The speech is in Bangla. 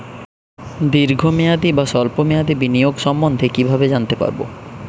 দীর্ঘ মেয়াদি বা স্বল্প মেয়াদি বিনিয়োগ সম্বন্ধে কীভাবে জানতে পারবো?